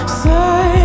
say